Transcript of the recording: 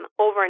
Over